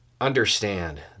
understand